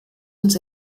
uns